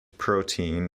protein